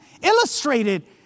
illustrated